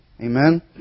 Amen